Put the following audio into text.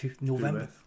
November